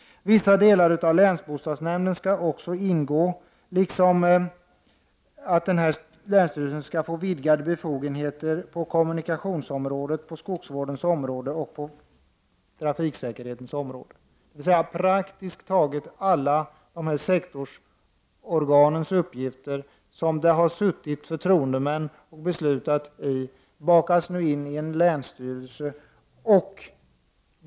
Vissa delar av länsbostadsnämnden skall också ingå, och denna nya länsstyrelse skall få vidgade befogenheter på kommunikationsområdet, på skogsvårdens område och på trafiksäkerhetens område. Praktiskt taget alla dessa sektorsorgans uppgifter, som förtroendemän tidigare har fattat beslut om, bakas nu in i en länsstyrelse.